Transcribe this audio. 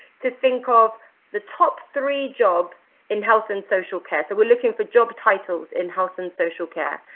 to think of the top three jobs in health and social care, so we're looking for job titles in health and social care,